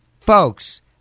Folks